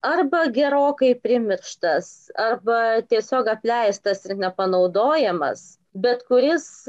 arba gerokai primirštas arba tiesiog apleistas ir nepanaudojamas bet kuris